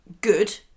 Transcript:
good